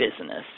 business